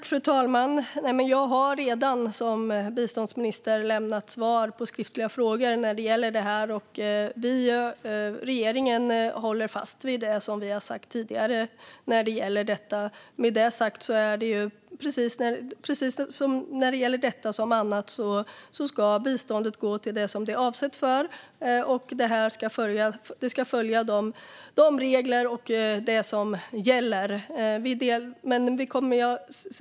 Fru talman! Jag har redan som biståndsminister lämnat svar på skriftliga frågor när det gäller det här. Regeringen håller fast vid det som vi har sagt tidigare om detta. Med det sagt ska biståndet när det gäller detta precis som när det gäller annat gå till det som det är avsett för. Det här ska följa de regler som finns och det som gäller.